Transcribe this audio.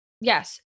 yes